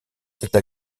cette